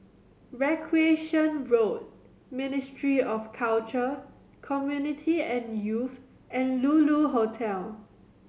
Recreation Road Ministry of Culture Community and Youth and Lulu Hotel